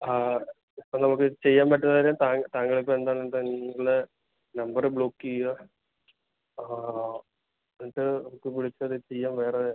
ഹാ ഇപ്പം നമുക്ക് ചെയ്യാൻ പറ്റുന്ന കാര്യം താങ്കൾ ഇപ്പം എന്താണെന്ന് വച്ചാൽ നിങ്ങളുടെ നമ്പറ് ബ്ലോക്ക് ചെയ്യുക എന്നിട്ട് നമുക്ക് വിളിച്ചത് ചെയ്യാം വേറെ